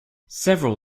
several